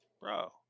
bro